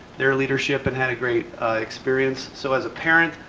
their leadership and had a great experience. so as a parent,